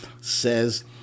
says